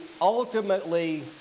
ultimately